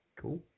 Cool